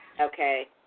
Okay